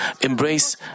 embrace